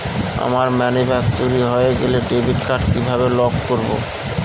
আমার মানিব্যাগ চুরি হয়ে গেলে ডেবিট কার্ড কিভাবে লক করব?